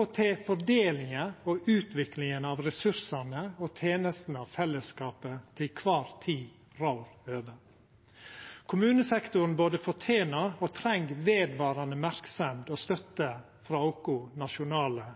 og fordelinga og utviklinga av ressursane og tenestene som fellesskapen til ei kvar tid rår over. Kommunesektoren både fortener og treng vedvarande merksemd og støtte frå dei nasjonale